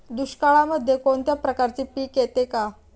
दुष्काळामध्ये कोणत्या प्रकारचे पीक येते का?